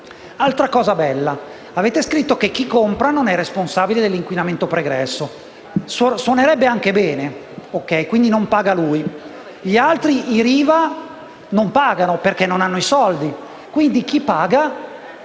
un'altra cosa bella: avete scritto che chi compra non è responsabile dell'inquinamento pregresso. Suonerebbe anche bene: quindi non paga chi compra. E gli altri? I Riva non pagano perché non hanno i soldi. Quindi, chi paga